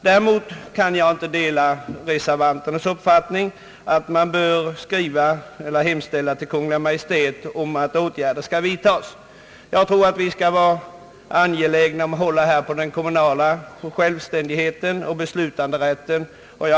Därför kan jag inte dela reservanternas uppfattning, att man bör hemställa till Kungl. Maj:t om att vidta åtgärder. Vi bör vara angelägna att hålla på den kommunala självständigheten och beslutanderätten.